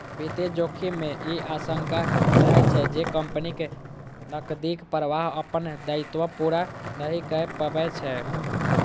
वित्तीय जोखिम मे ई आशंका रहै छै, जे कंपनीक नकदीक प्रवाह अपन दायित्व पूरा नहि कए पबै छै